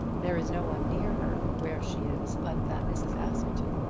there is no one near her where she is but that mrs. askerton.